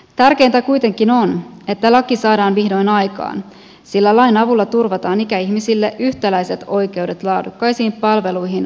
tärkeintä kuitenkin on että laki saadaan vihdoin aikaan sillä lain avulla turvataan ikäihmisille yhtäläiset oikeudet laadukkaisiin palveluihin asuinpaikasta riippumatta